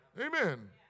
Amen